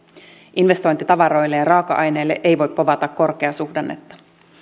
investointitavaroille ja raaka aineille ei voi povata korkeasuhdannetta